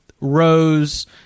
Rose